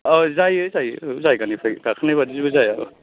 औ जायो जायो जायगानिफ्राय गाखोनाय बायदि जेबो जाया